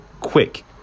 quick